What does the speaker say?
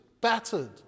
battered